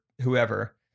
whoever